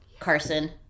Carson